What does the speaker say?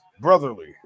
brotherly